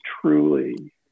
truly